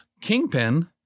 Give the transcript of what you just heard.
Kingpin